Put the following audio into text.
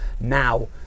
Now